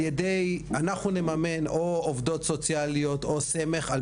אנחנו נממן או עובדות סוציאליות או סמך על